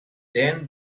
then